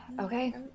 Okay